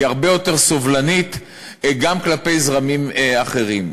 היא הרבה יותר סובלנית גם כלפי זרמים אחרים.